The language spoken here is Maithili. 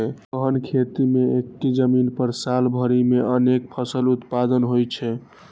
गहन खेती मे एक्के जमीन पर साल भरि मे अनेक फसल उत्पादन होइ छै